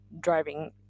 driving